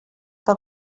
que